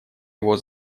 его